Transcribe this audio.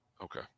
Okay